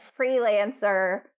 freelancer